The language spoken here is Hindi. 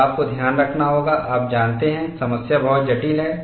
और आपको ध्यान रखना होगा आप जानते हैं समस्या बहुत जटिल है